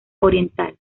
oriental